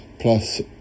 plus